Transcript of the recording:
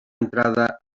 entrada